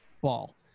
ball